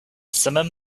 simum